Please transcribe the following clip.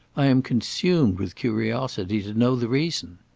i am consumed with curiosity to know the reason.